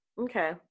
Okay